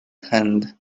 hand